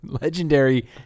legendary